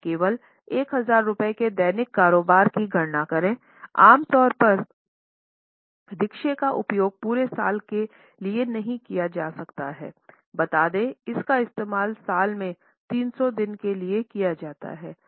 केवल 1000 रुपये के दैनिक कारोबार की गणना करें आम तौर पर रिक्शा का उपयोग पूरे साल के लिए नहीं किया जा सकता है बता दें कि इसका इस्तेमाल साल में 300 दिनों के लिए किया जाता है